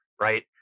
right